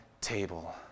table